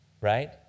right